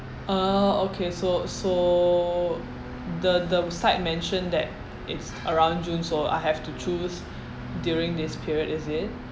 ah okay so so the the site mentioned that it's around june so I have to choose during this period is it